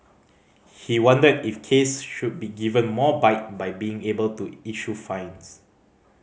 he wondered if Case should be given more bite by being able to issue fines